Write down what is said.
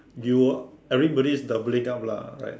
you everybody is doubling up lah right